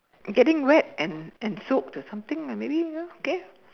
getting wet and and soaked ah something maybe ya okay